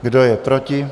Kdo je proti?